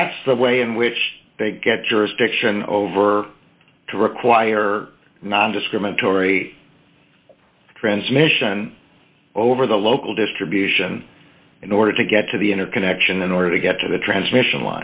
that's the way in which they get jurisdiction over to require nondiscriminatory transmission over the local distribution in order to get to the interconnection in order to get to the transmission